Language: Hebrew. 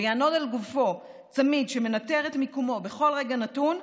יענוד על גופו צמיד שמנטר את מיקומו בכל רגע נתון,